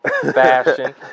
fashion